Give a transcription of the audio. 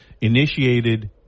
initiated